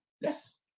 yes